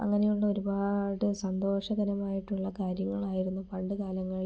അങ്ങനെയുള്ള ഒരുപാട് സന്തോഷകരമായിട്ടുള്ള കാര്യങ്ങളായിരുന്നു പണ്ട് കാലങ്ങളിൽ